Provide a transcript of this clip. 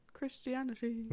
Christianity